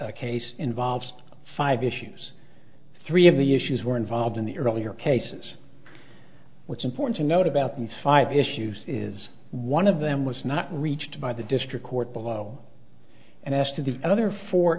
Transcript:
a case involves five issues three of the issues were involved in the earlier cases what's important to note about these five issues is one of them was not reached by the district court below and asked of the other four